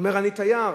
הוא אומר: אני תייר,